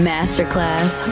Masterclass